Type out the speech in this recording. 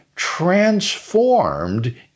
transformed